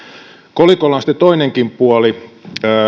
kolikolla on sitten toinenkin puoli